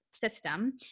system